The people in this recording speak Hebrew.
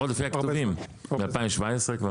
מ-2017.